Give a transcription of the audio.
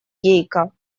гейка